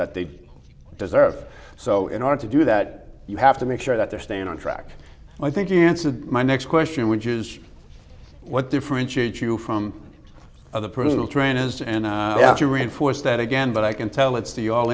that they deserve so in order to do that you have to make sure that they're staying on track and i think you answered my next question which is what differentiates you from other personal trainers and to reinforce that again but i can tell it's to you all